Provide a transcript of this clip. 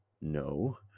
No